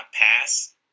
pass